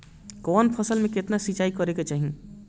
कवन फसल में केतना सिंचाई करेके चाही?